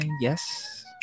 yes